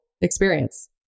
experience